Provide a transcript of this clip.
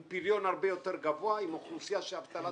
עם פריון הרבה יותר גבוה ועם אוכלוסייה שהאבטלה